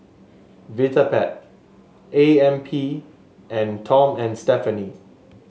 Vitapet A M P and Tom and Stephanie